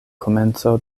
komenco